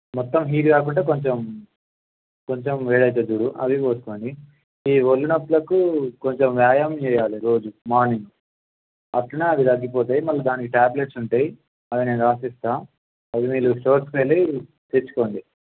మొత్తం హీట్ కాకుండా కొంచెం కొంచెం వేడవుతుంది చూడు అవి పోసుకోండి ఈ వొళ్ళు నొప్పులకు కొంచెం వ్యాయామం చెయ్యాలి రోజు మార్నింగ్ అలానే అవి తగ్గిపోతాయి మళ్ళీ దానికి ట్యాబ్లెట్సు ఉంటాయి అవి నేను రాసిస్తాను అవి మీరు స్టోర్స్కి వెళ్ళి తెచ్చుకోండి